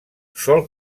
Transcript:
sol